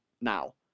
now